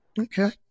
Okay